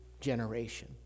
generation